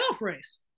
race